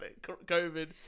COVID